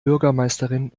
bürgermeisterin